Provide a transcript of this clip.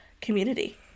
community